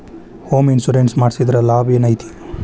Home insurance ಮಡ್ಸಿದ್ರ ಲಾಭೆನೈತಿ?